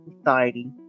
society